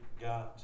God